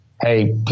Hey